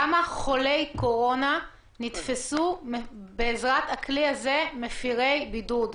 כמה חולי קורונה נתפסו בעזרת הכלי הזה מפרי בידוד?